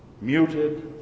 muted